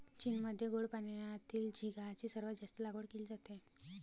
चीनमध्ये गोड पाण्यातील झिगाची सर्वात जास्त लागवड केली जाते